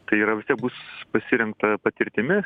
tai yra vis tiek bus pasiremta patirtimi